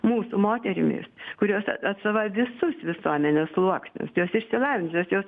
mūsų moterimis kurios atstovauja visus visuomenės sluoksnius jos išsilavinusios jos